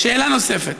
שאלה נוספת,